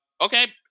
Okay